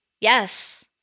Yes